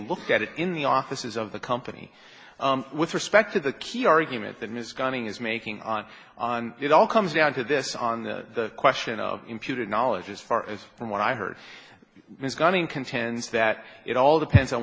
looked at it in the offices of the company with respect to the key argument that ms gunning is making on on it all comes down to this on the question of imputed knowledge as far as from what i heard ms gunning contends that it all depends on